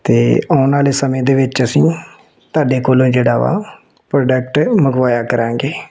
ਅਤੇ ਆਉਣ ਵਾਲੇ ਸਮੇਂ ਦੇ ਵਿੱਚ ਅਸੀਂ ਤੁਹਾਡੇ ਕੋਲੋਂ ਜਿਹੜਾ ਵਾ ਪ੍ਰੋਡਕਟ ਮੰਗਵਾਇਆ ਕਰਾਂਗੇ